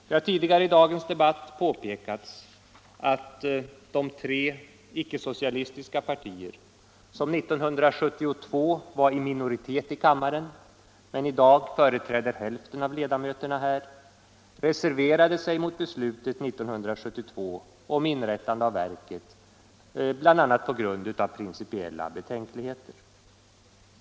Det har tidigare i dagens debatt påpekats att de tre icke-socialistiska partier, som 1972 var i minoritet men i dag företräder hälften av ledamöterna här i kammaren, reserverade sig mot beslutet 1972 om inrättandet av verket, bl.a. på grund av principiella betänkligheter.